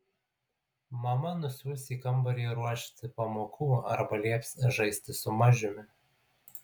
mama nusiųs į kambarį ruošti pamokų arba lieps žaisti su mažiumi